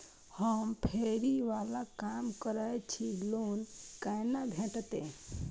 हम फैरी बाला काम करै छी लोन कैना भेटते?